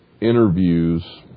interviews